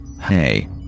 Hey